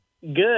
Good